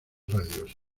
radios